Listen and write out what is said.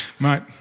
Right